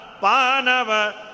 Panava